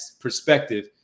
perspective